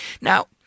Now